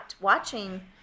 watching